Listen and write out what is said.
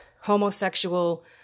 homosexual